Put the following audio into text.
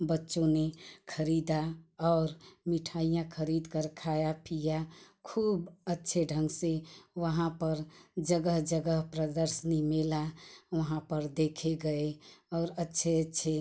बच्चों ने खरीदा और मिठाइयाँ खरीद कर खाया पीया खूब अच्छे ढंग से वहाँ पर जगह जगह प्रदर्शनी मेला वहाँ पर देखे गए और अच्छे अच्छे